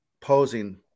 posing